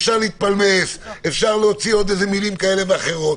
אפשר להתפלמס, אפשר להוציא עוד מילים כאלה ואחרות.